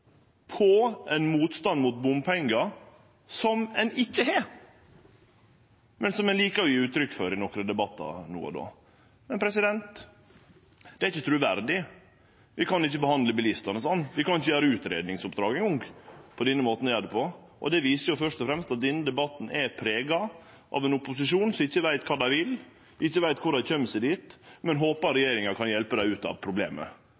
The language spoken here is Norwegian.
på ein motstand mot bompengar som ein ikkje har, men som ein liker å gje uttrykk for i nokre debattar no og då. Det er ikkje truverdig. Vi kan ikkje behandle bilistane slik. Vi kan ikkje gjere utgreiingsoppdrag eingong – med denne måten å gjere det på. Det viser først og fremst at denne debatten er prega av ein opposisjon som ikkje veit kva han vil, ikkje veit korleis han kjem seg dit, men håper at regjeringa kan hjelpe han ut av problemet.